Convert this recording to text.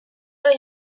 pas